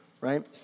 right